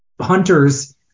Hunters